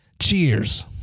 Cheers